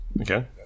okay